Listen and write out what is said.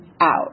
out